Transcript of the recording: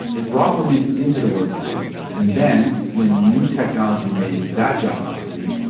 it brought women into the workplace. and then when new technology made that job obsolete,